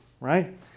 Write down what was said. right